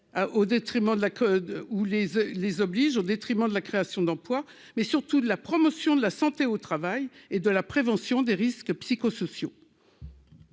les les oblige au détriment de la création dans. Quoi, mais surtout de la promotion de la santé au travail et de la prévention des risques psychosociaux.